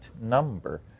number